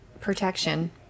protection